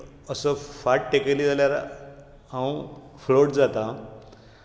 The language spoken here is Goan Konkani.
असो फाट तेकयली जल्यार हांव फ्लोट जाता